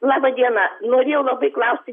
laba diena norėjau labai klausti